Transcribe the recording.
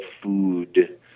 food